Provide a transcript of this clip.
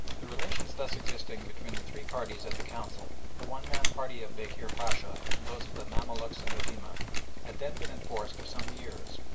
the relations thus existing between the three parties at the council the one-man party of bekir pacha, and those of the mamaluks and ulema had then been in force for some years,